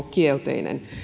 kielteinen